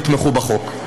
תתמכו בחוק.